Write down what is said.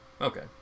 Okay